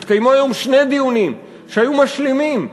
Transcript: התקיימו היום שני דיונים שהיו משלימים,